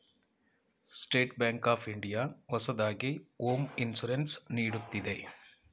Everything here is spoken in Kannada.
ಸ್ಟೇಟ್ ಬ್ಯಾಂಕ್ ಆಫ್ ಇಂಡಿಯಾ ಹೊಸದಾಗಿ ಹೋಂ ಇನ್ಸೂರೆನ್ಸ್ ನೀಡುತ್ತಿದೆ